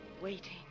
Waiting